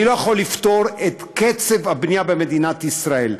אני לא יכול לפתור את קצב הבנייה במדינת ישראל,